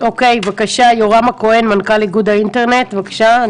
יורם הכהן, מנכ"ל איגוד האינטרנט, בבקשה.